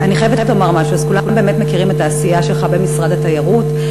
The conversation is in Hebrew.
אני חייבת לומר משהו: כולם באמת מכירים את העשייה שלך במשרד התיירות,